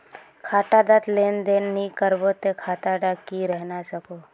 खाता डात लेन देन नि करबो ते खाता दा की रहना सकोहो?